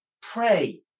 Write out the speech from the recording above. pray